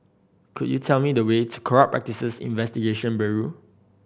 could you tell me the way to Corrupt Practices Investigation Bureau